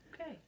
Okay